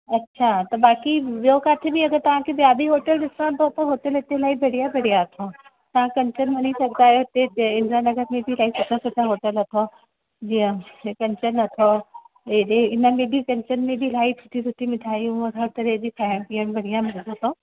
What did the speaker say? अच्छा त बाक़ी ॿियो किथे बि अगरि तव्हांखे ॿिया बि होटल ॾिसण अथव त इलाही बढ़िया बढ़िया अथव तव्हां कंचन वञी सघंदा आहियो इते इते इंद्रा नगर में बि सुठा सुठा होटल अथव जीअं हे कंचन अथव एॾे हिन कंचन में बि इलाही सुठी सुठी मिठायूं हर तरह जी फ़ैंसीअ में बढ़िया मिलंदी अथव